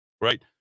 right